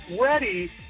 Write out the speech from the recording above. ready